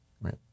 right